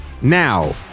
Now